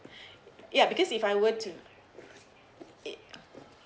ya because if I were to it